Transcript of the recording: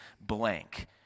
blank